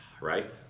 right